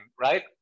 right